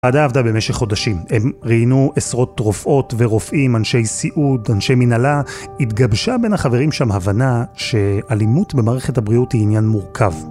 הועדה עבדה במשך חודשים, הם ראיינו עשרות רופאות ורופאים, אנשי סיעוד, אנשי מנהלה, התגבשה בין החברים שם הבנה, שאלימות במערכת הבריאות היא עניין מורכב.